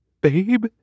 Babe